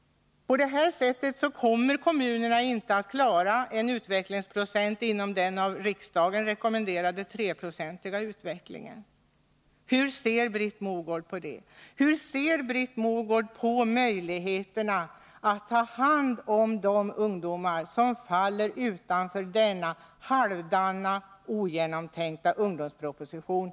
På detta sätt kommer kommunerna inte att klara en utveckling motsvarande högst tre procentenheter som riksdagen rekommenderat. Hur ser Britt Mogård på detta? Hur ser hon på möjligheterna att ta hand om de ungdomar som faller utanför de åtgärder som inryms i den halvdana och ogenomtänkta ungdomspropositionen?